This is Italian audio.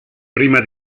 prima